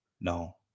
No